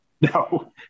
No